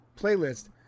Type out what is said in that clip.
playlist